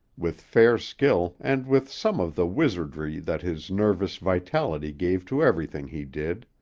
with fair skill and with some of the wizardry that his nervous vitality gave to everything he did.